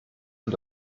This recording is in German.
und